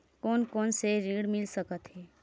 कोन कोन से ऋण मिल सकत हे?